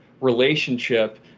relationship